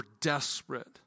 desperate